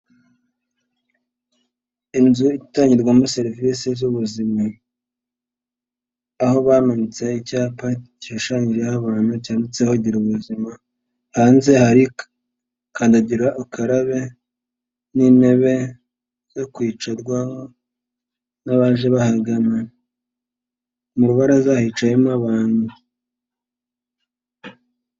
Inzu itangirwamo serivisi z'ubuzima, aho bamanitse icyapa gishushanjeho abantu, cyaditseho ''gira ubuzima'' hanze hari kandagira ukarabe, n'intebe zo kwicarwaho n'abaje bahagana. Amabaraza hicayemo abantu.